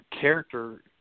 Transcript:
character